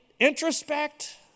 introspect